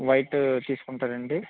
white తీసుకుంటారా అండి